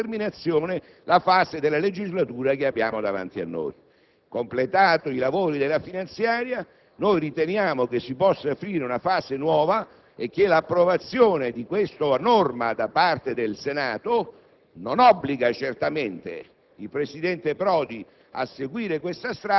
tra centro e sinistra dell'alleanza, possa affrontare con slancio e determinazione la fase della legislatura che è davanti a noi. Completati i lavori della finanziaria, riteniamo si possa aprire una fase nuova e che l'approvazione di questa norma da parte del Senato